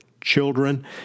children